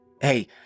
Hey